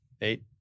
Eight